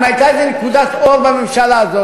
אם הייתה איזו נקודת אור בממשלה הזאת,